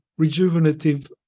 rejuvenative